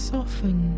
Soften